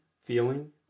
feeling